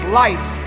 life